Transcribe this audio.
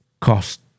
cost